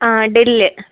ആ ഡെൽ